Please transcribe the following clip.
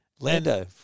Lando